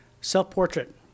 Self-portrait